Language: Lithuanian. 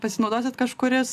pasinaudosit kažkuris